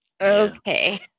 okay